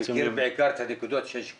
הוא מכיר בעיקר את הנקודות שיש קליטה.